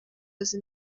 azi